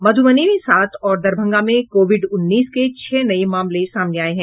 मध्रबनी में सात और दरभंगा में कोविड उन्नीस के छह नये मामले सामने आयें हैं